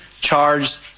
charged